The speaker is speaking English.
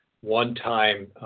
one-time